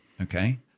Okay